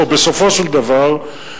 או בסופו של דבר,